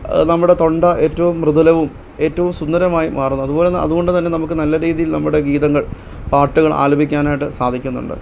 നമ്മുടെ തൊണ്ട ഏറ്റവും മൃദുലവും ഏറ്റവും സുന്ദരവുമായി മാറുന്നു അത്പോലെ ന അത്കൊണ്ട് തന്നെ നമുക്ക് നല്ല രീതിയില് നമ്മുടെ ഗീതങ്ങള് പാട്ടുകള് ആലപിക്കാനായിട്ട് സാധിക്കുന്നുണ്ട്